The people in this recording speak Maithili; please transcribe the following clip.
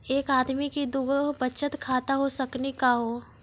एके आदमी के दू गो बचत खाता हो सकनी का हो?